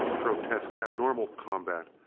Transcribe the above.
grotesque, abnormal combat!